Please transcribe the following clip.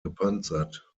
gepanzert